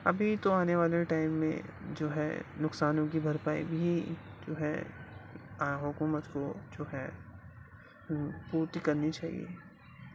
ابھی تو آنے والے ٹائم میں جو ہے نقصانوں کی بھرپائی بھی جو ہے حکومت کو جو ہے پورتی کرنی چاہیے